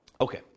Okay